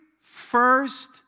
first